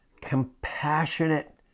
compassionate